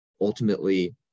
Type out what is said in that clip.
Ultimately